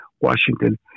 Washington